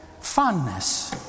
fondness